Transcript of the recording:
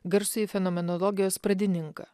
garsųjį fenomenologijos pradininką